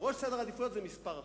ראש סדר העדיפויות זה מספר אחת.